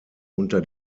unter